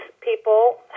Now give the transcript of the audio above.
people